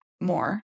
more